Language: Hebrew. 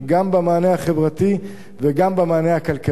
גם במענה החברתי וגם במענה הכלכלי.